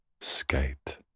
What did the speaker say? Skate